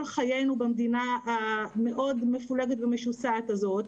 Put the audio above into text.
חיינו במדינה המאוד מפולגת ומשוסעת הזאת,